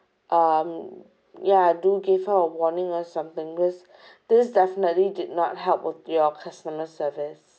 um yeah do give her a warning or something because this is definitely did not help with your customer service